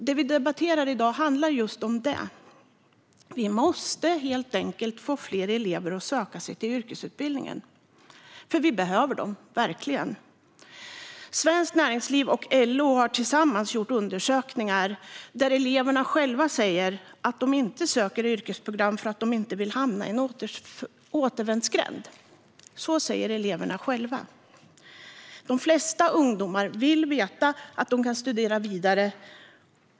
Det vi debatterar i dag handlar just om detta: Vi måste helt enkelt få fler elever att söka sig till en yrkesutbildning, för vi behöver dem verkligen. Svenskt Näringsliv och LO har tillsammans gjort undersökningar där det har visat sig att eleverna själva säger att de inte söker yrkesprogram för att de inte vill hamna i en återvändsgränd. Så säger eleverna. De flesta ungdomar vill veta att de kan studera vidare.